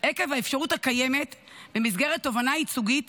עקב האפשרות הקיימת במסגרת תובענה ייצוגית